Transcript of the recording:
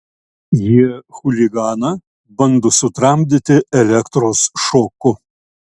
jie chuliganą bando sutramdyti elektros šoku